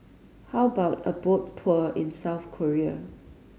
how about a boat tour in South Korea